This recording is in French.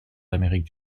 d’amérique